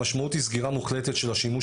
המשמעות היא סגירה מוחלטת של השימוש